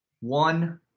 One